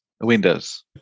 Windows